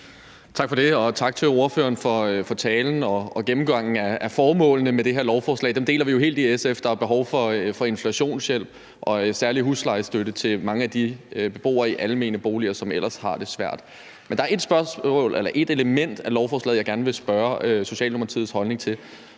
Tak for det, og tak til ordføreren for talen og gennemgangen af formålene med det her lovforslag. Dem deler vi jo helt i SF. Der er behov for inflationshjælp og særlig huslejestøtte til mange af de beboere i almene boliger, som ellers har det svært. Men der er ét element af lovforslaget, jeg gerne vil spørge om Socialdemokratiets holdning til,